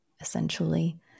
essentially